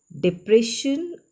depression